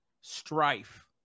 strife